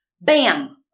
Bam